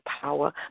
power